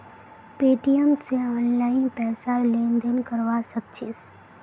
Paytm स online पैसार लेन देन करवा सक छिस